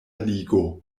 ligo